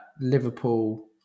Liverpool